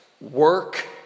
work